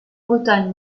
bretagne